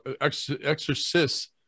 exorcists